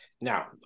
Now